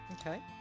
Okay